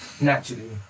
Naturally